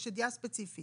יש ידיעה ספציפית